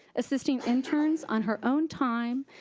assisting interns on her own time,